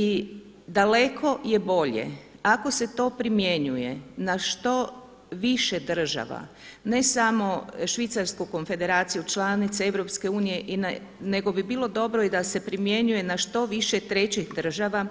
I daleko je bolje ako se to primjenjuje na što više država ne samo Švicarsku Konfederaciju članica EU nego bi bilo dobro i da se primjenjuje na što više trećih država